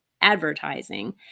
advertising